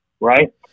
Right